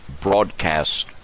broadcast